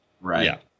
Right